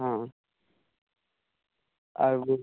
হুম আর গো